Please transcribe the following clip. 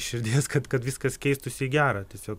širdies kad kad viskas keistųsi į gera tiesiog